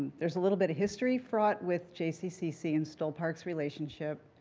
there's a little bit of history fraught with jccc and stoll park's relationship.